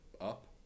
up